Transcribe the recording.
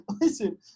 Listen